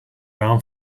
ran